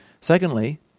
Secondly